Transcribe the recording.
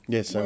Yes